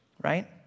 Right